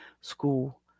school